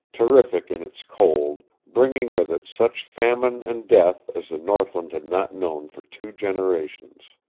terrific in its cold, bringing with it such famine and death as the northland had not known for two generations.